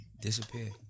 disappeared